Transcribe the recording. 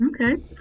Okay